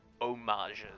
homages